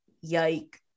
yike